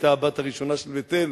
שהיתה הבת הראשונה של בית-אל,